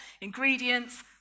ingredients